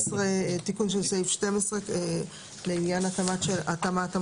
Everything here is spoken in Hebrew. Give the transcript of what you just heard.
תיקון של סעיף 12 לעניין התאמת המוקדים.